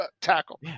tackle